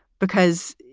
because